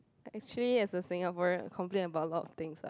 actually as a Singaporean complain about a lot of things lah